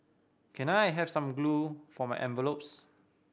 can I have some glue for my envelopes